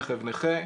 רכב נכה,